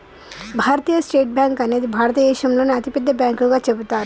భారతీయ state bank అనేది భారతదేశంలోనే అతిపెద్ద బ్యాంకుగా చెబుతారు